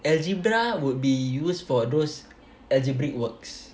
algebra would be used for those algebraic works